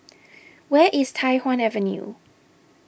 where is Tai Hwan Avenue